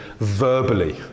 verbally